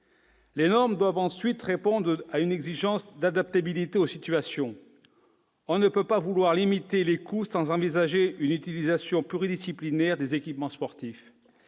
Les normes doivent ensuite répondre à une exigence d'adaptabilité aux situations. On ne peut pas vouloir limiter les coûts sans envisager une utilisation pluridisciplinaire des équipements sportifs.